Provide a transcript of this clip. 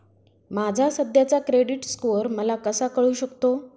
माझा सध्याचा credit score मला कसा कळू शकतो?